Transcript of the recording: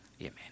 Amen